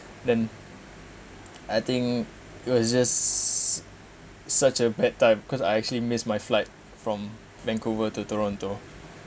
then I think it was just such a bad time because I actually missed my flight from vancouver to toronto